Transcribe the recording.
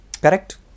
correct